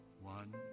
One